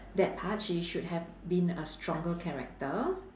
that part she should have been a stronger character